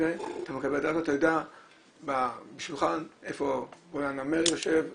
אתה מקבל דף ואתה יודע בשולחן איפה 'הנמר' יושב.